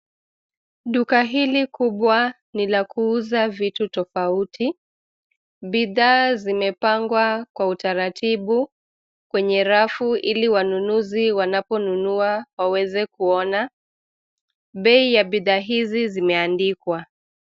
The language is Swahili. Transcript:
Duka hili kubwa ni la kuuza vitu tofauti, bidhaa zimepangwa kwa utaratibu, kwenye rafu ili wanunuzi wanaponunua waweze kuona. Bei ya bidhaa hizi zimeandikwa.